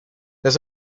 las